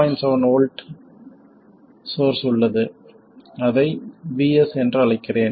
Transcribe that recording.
7 V voltage source உள்ளது அதை VS என்று அழைக்கிறேன்